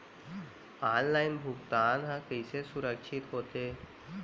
Online भुगतान हा कइसे सुरक्षित होथे?